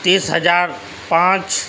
تیس ہزار پانچ